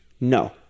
No